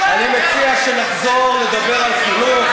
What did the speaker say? יש משבר קואליציוני.